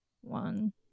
one